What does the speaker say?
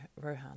Rohan